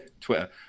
Twitter